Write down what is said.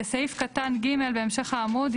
בסעיף קטן (ג) בהמשך העמוד,